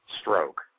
stroke